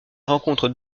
rencontre